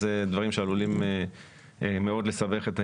אלה דברים שעלולים מאוד לסבך את העניין.